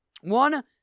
One